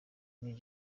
king